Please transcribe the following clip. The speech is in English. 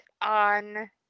on